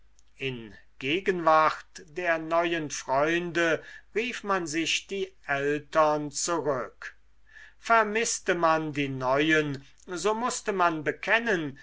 in gegenwart der neuen freunde rief man sich die ältern zurück vermißte man die neuen so mußte man bekennen